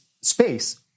space